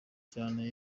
cyane